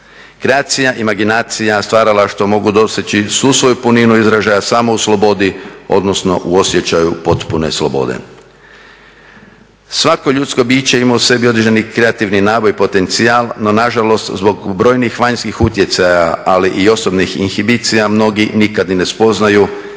Kreacija, imaginacija, stvaralaštvo mogu doseći svu svoju puninu izražaja samo u slobodi odnosno u osjećaju potpune slobode. Svako ljudsko biće ima u sebi određeni kreativni naboj i potencijal no nažalost zbog brojnih vanjskih utjecaja ali i osobnih inhibicija mnogi nikad ni ne spoznaju